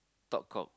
talk cock